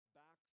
back